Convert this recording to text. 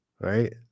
Right